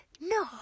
no